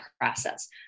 process